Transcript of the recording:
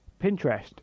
Pinterest